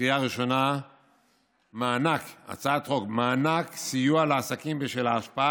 בקריאה ראשונה הצעת חוק מענק סיוע לעסקים בשל ההשפעה